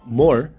more